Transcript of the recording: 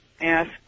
ask